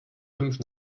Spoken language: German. fünf